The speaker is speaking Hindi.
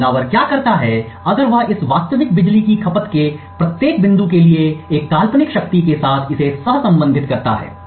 तो हमलावर क्या करता है अगर वह इस वास्तविक बिजली की खपत के प्रत्येक बिंदु के लिए एक काल्पनिक शक्ति के साथ इसे सहसंबंधित करता है